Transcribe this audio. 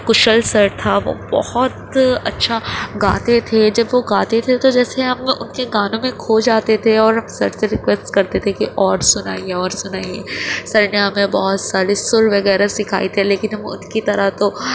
کشل sir تھا وہ بہت اچھا گاتے تھے جب وہ گاتے تھے تو جیسے ہم ان کے گانوں میں کھو جاتے تھے اور ہم سر سے ریکویسٹ کرتے تھے کہ اور سنائیے اور سنائیے سر نے ہمیں بہت سارے سر وغیرہ سکھائے تھے لیکن ہم ان کی طرح تو